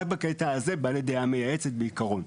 רק בקטע הזה, בעלי דעה מייעצת, בעקרון.